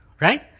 right